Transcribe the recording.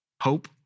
Hope